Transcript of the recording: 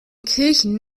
kirchen